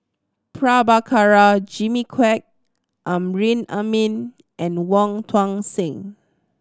Prabhakara Jimmy Quek Amrin Amin and Wong Tuang Seng